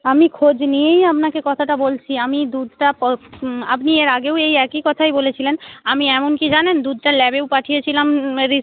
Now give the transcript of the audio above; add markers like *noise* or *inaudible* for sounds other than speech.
আমি খোঁজ নিয়েই আপনাকে কথাটা বলছি আমি দুধটা *unintelligible* আপনি এর আগেও এই একই কথাই বলেছিলেন আমি এমনকী জানেন দুধটা ল্যাবেও পাঠিয়েছিলাম রিসার্চে